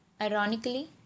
Ironically